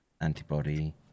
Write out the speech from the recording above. antibody